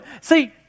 See